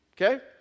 okay